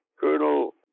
Colonel